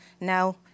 now